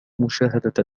مشاهدة